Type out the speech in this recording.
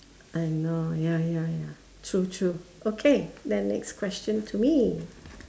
I know ya ya ya true true okay then next question to me